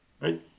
Right